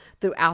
throughout